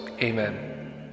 Amen